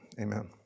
amen